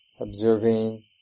Observing